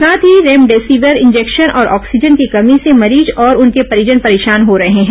साथ ही remdesivir injection और ऑक्सीजन की कमी से मरीज और उनके परिजन परेशान हो रहे हैं